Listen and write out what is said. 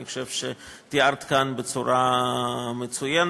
אני חושב שתיארת כאן בצורה מצוינת,